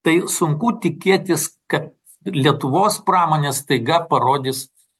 tai sunku tikėtis kad lietuvos pramonė staiga parodys